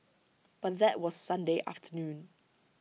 but that was Sunday afternoon